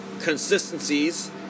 consistencies